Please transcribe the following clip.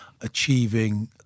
achieving